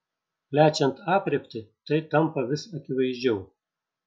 plečiant aprėptį tai tampa vis akivaizdžiau